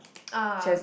ah